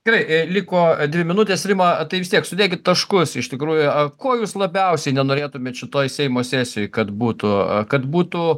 gerai liko dvi minutės rima tai vis tiek sudėkit taškus iš tikrųjų a ko jūs labiausiai nenorėtumėt šitoj seimo sesijoj kad būtų kad būtų